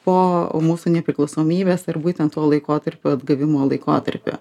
po mūsų nepriklausomybės ar būtent tuo laikotarpiu atgavimo laikotarpiu